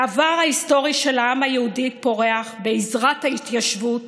העבר ההיסטורי של העם היהודי פורח בעזרת ההתיישבות